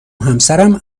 همسرم